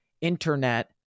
internet